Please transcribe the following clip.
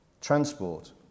Transport